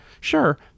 sure